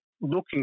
looking